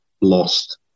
lost